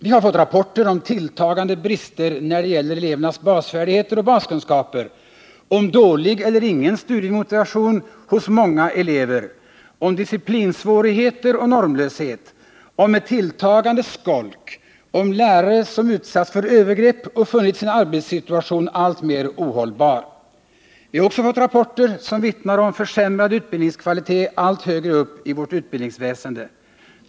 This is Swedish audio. Vi har fått rapporter om tilltagande brister när det gäller elevernas basfärdigheter och baskunskaper; om dålig eller ingen studiemotivation hos många elever; om disciplinsvårigheter och normlöshet; om ett tilltagande skolk; om lärare som utsatts för övergrepp och funnit sin arbetssituation alltmer ohållbar. Jag har också fått rapporter som vittnar om försämrad utbildningskvalitet allt högre upp i vårt utbildningsväsende.